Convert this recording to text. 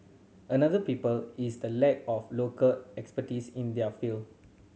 another people is the lack of local expertise in there field